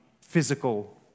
physical